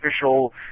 official